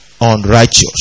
unrighteous